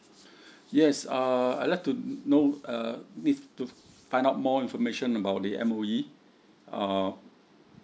yes uh I like to know uh need to find out more information about the M_O_E uh